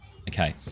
Okay